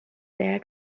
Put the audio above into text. sehr